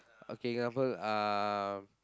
okay for example uh